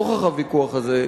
נוכח הוויכוח הזה,